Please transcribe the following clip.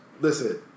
listen